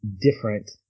different